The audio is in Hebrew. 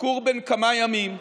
ביקור בן כמה ימים.